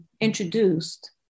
introduced